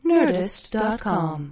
Nerdist.com